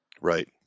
Right